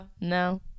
no